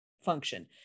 function